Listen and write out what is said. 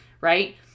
right